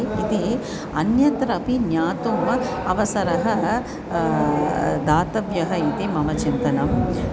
इति अन्यत्र अपि ज्ञातुं वा अवसरः दातव्यः इति मम चिन्तनम्